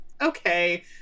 okay